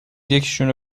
یکیشون